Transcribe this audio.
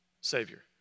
Savior